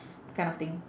kind of thing